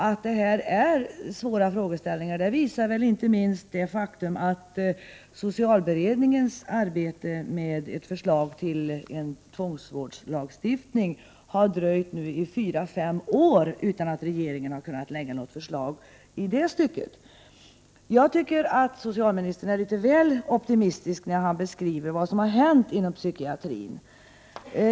Att det är svåra frågeställningar visar inte minst det faktum att socialberedningens arbete med ett förslag till en tvångsvårdslagstiftning nu har dröjt fyra fem år utan att regeringen har kunnat lägga fram något förslag i det stycket. Jag tycker att socialministern är litet väl optimistisk när han beskriver vad som har hänt inom psykiatrin.